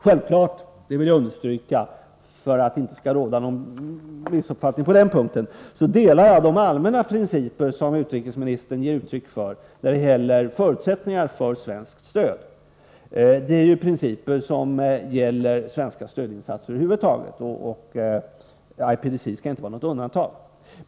Självfallet — det vill jag understryka för att det inte skall uppstå någon missuppfattning på den punkten — ansluter jag mig till de allmänna principer som utrikesministern ger uttryck för när. det gäller förutsättningarna för svenskt stöd. Det är ju principer som gäller svenska stödinsatser över huvud taget, och IPDC skall inte vara något undantag.